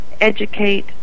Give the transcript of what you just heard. educate